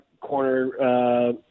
corner